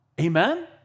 Amen